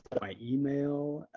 by email.